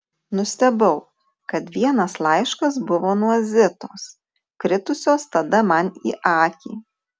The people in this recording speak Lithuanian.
nustebau kad vienas laiškas buvo nuo zitos kritusios tada man į akį